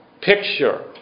picture